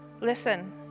listen